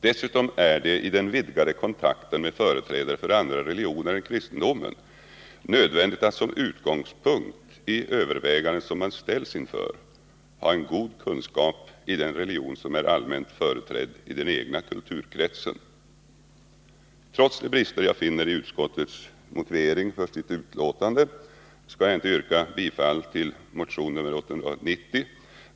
Dessutom är det i den vidgade kontakten med företrädare för andra religioner än kristendomen nödvändigt att som utgångspunkt i överväganden som man ställs inför ha en god kunskap i den religion som är allmänt företrädd i den egna kulturkretsen. Trots de brister jag finner i utskottets motivering för sitt utlåtande skall jag inte yrka bifall till motion nr 890.